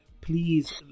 please